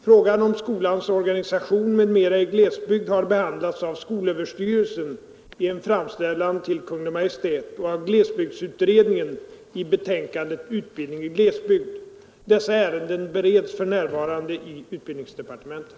Frågan om skolans organisation m, m. i:glesbygd har behandlats av skolöverstyrelsen i en framställan till Kungl. Maj:t och av glesbygdsutredningen i betänkandet Utbildning i glesbygd. Dessa ärenden bereds för närvarande i utbildningsdepartementet.